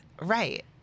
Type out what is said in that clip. Right